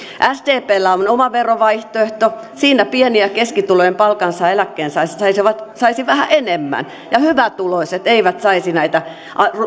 sdpllä on oma verovaihtoehto siinä pieni ja keskituloinen palkansaaja eläkkeensaaja saisi vähän enemmän ja hyvätuloiset eivät saisi näitä